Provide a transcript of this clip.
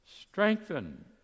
strengthen